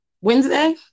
Wednesday